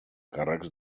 càrrecs